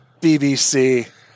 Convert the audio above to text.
BBC